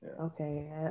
Okay